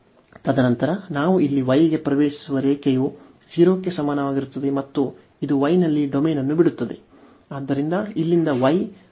ತದನಂತರ ನಾವು ಇಲ್ಲಿ y ಗೆ ಪ್ರವೇಶಿಸುವ ರೇಖೆಯು 0 ಕ್ಕೆ ಸಮನಾಗಿರುತ್ತದೆ ಮತ್ತು ಇದು y ನಲ್ಲಿ ಡೊಮೇನ್ ಅನ್ನು ಬಿಡುತ್ತದೆ